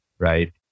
Right